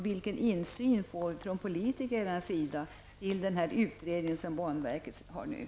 Vilken insyn får politikerna i den utredning som banverket nu gör?